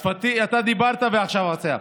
אז פטין, אתה דיברת ועכשיו הוא מבצע.